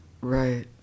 Right